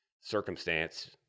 circumstance